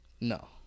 No